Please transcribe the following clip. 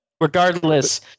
regardless-